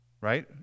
right